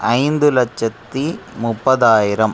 ஐந்து லட்சத்தி முப்பதாயிரம்